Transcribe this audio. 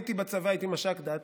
הייתי בצבא מש"ק דת.